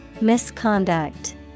Misconduct